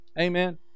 amen